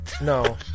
No